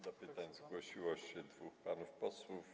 Do pytań zgłosiło się dwóch panów posłów.